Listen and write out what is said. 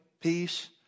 peace